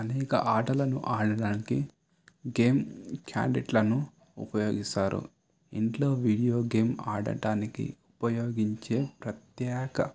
అనేక ఆటలను ఆడటానికి గేమ్ క్యాండిట్లను ఉపయోగిస్తారు ఇంట్లో వీడియో గేమ్ ఆడటానికి ఉపయోగించే ప్రత్యేక